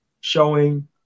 showing